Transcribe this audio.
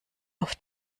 auf